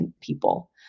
people